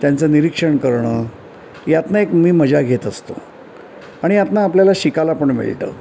त्यांचं निरीक्षण करणं यातनं एक मी मजा घेत असतो आणि यातनं आपल्याला शिकायला पण मिळतं